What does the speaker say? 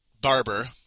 Barber